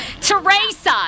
Teresa